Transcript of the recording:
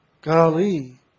Golly